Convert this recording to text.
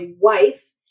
wife